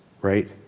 right